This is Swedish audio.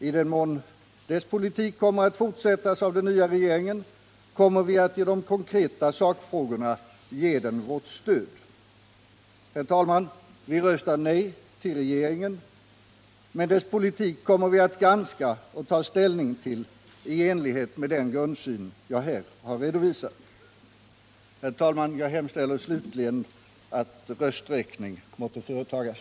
I den mån dess politik kommer att fortsättas av den nya regeringen kommer vi att i de konkreta sakfrågorna ge den vårt stöd. Vi röstar nej till regeringen. Dess politik kommer vi att granska och att ta ställning till i enlighet med den grundsyn jag här redovisat. Herr talman! Jag hemställer slutligen att rösträkning måtte företagas.